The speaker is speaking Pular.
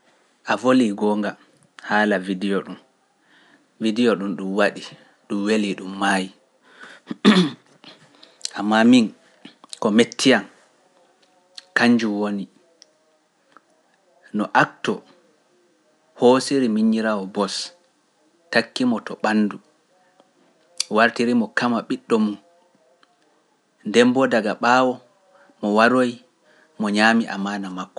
A voli goonga haala video ɗum, video ɗum ɗum waɗi, ɗum weli, ɗum maayi, ammaa min ko metti an, kanjum woni no akto hosiri miñiraawo Bos, takki mo to ɓandu, wartiri mo kama ɓiɗɗo mum, demboo daga ɓaawo mo waroyi mo ñaami amaana makko.